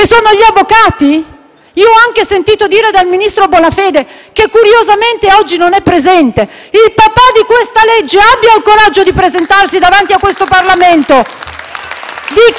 sono gli avvocati? Il ministro Bonafede curiosamente oggi non è presente. Il padre di questa legge abbia il coraggio di presentarsi davanti a questo Parlamento!